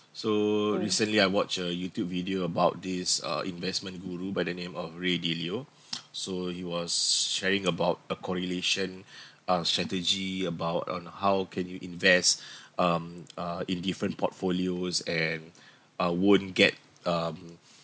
so recently I watched a YouTube video about this uh investment guru by the name of ready leo so he was sharing about a correlation um strategy about on how can you invest um uh in different portfolios and uh won't get um